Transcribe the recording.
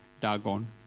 Dagon